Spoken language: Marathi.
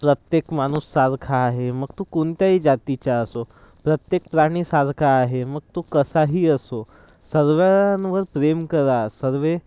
प्रत्येक माणूस सारखा आहे मग तो कोणत्याही जातीचा असो प्रत्येक प्राणी सारखा आहे मग तो कसाही असो सर्वांवर प्रेम करा सर्व